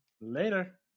Later